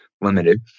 Limited